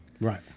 right